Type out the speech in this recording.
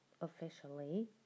officially